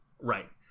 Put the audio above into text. Right